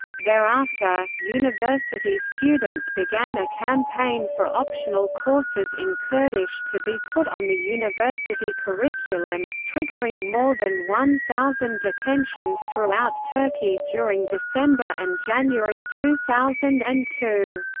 thereafter, university students began a campaign for optional courses in kurdish to be put on the university curriculum, triggering more than one thousand detentions throughout turkey during december and january two thousand and two.